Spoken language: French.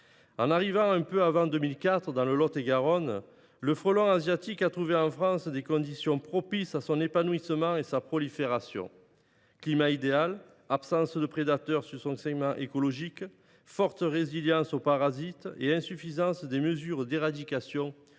son arrivée un peu avant 2004 dans le Lot et Garonne, le frelon asiatique a trouvé en France des conditions propices à son épanouissement et à sa prolifération : climat idéal, absence de prédateurs sur son segment écologique, forte résilience aux parasites et insuffisance des mesures d’éradication